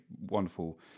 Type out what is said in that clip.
wonderful